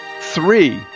three